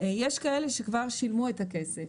יש כאלה שכבר שילמו את הכסף.